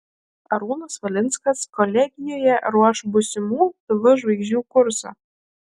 arūnas valinskas kolegijoje ruoš būsimų tv žvaigždžių kursą